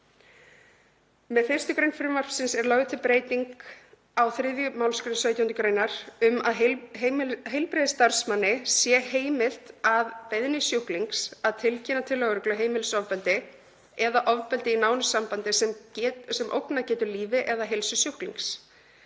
Með 1. gr. frumvarpsins er lögð til breyting á 3. mgr. 17. gr. um að heilbrigðisstarfsmanni sé heimilt, að beiðni sjúklings, að tilkynna til lögreglu heimilisofbeldi eða ofbeldi í nánu sambandi sem ógnað getur lífi eða heilsu sjúklings.